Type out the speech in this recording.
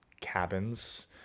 cabins